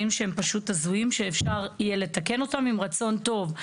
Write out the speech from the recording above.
שהם פשוט הזויים שאפשר יהיה לתקן אותם עם רצון טוב.